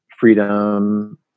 freedom